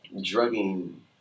drugging